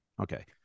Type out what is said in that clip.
Okay